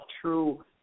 true